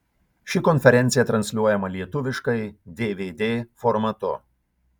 ši konferencija transliuojama lietuviškai dvd formatu